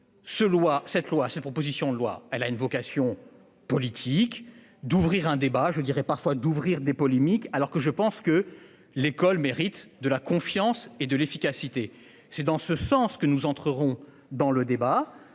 ces propositions de loi, elle a une vocation politique d'ouvrir un débat je dirais parfois d'ouvrir des polémiques alors que je pense que l'école mérite de la confiance et de l'efficacité. C'est dans ce sens que nous entrerons dans le débat.